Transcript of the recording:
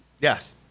Yes